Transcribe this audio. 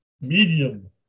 medium